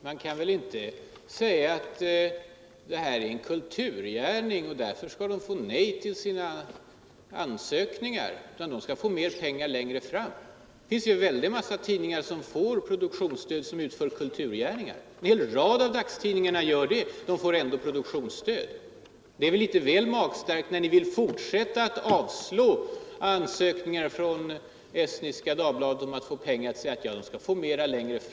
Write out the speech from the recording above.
Herr talman! Man kan väl inte säga nej till Estniska Dagbladets ansökningar om produktionsbidrag med hänvisning till att tidningen utför en ”kulturgärning” och därför i stället kanske kan få mer pengar längre fram på annat sätt. Det finns en stor mängd tidningar som får produktionsbidrag och som också utför ”kulturgärningar”. En hel rad av dagstidningarna gör det, och de får ändå produktionsstöd. Det är väl litet väl magstarkt när ni vill fortsätta att avslå ansökningar från Estniska Dagbladet med denna hycklande motivering.